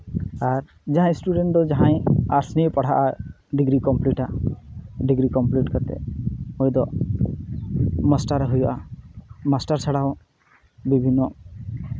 ᱟᱨ ᱡᱟᱦᱟᱸᱭ ᱥᱴᱩᱰᱮᱱᱴ ᱫᱚ ᱡᱟᱦᱟᱸᱭ ᱟᱨᱴᱥ ᱱᱤᱭᱮ ᱯᱟᱲᱦᱟᱜᱼᱟ ᱰᱤᱜᱽᱨᱤ ᱠᱚᱢᱯᱞᱤᱴᱟ ᱰᱤᱜᱽᱨᱤ ᱠᱚᱢᱯᱞᱤᱴ ᱠᱟᱛᱮ ᱩᱱᱤ ᱫᱚ ᱢᱟᱥᱴᱟᱨ ᱮ ᱦᱩᱭᱩᱜᱼᱟ ᱢᱟᱥᱴᱟᱨ ᱪᱷᱟᱲᱟ ᱦᱚᱸ ᱧᱚᱜ